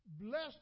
Blessed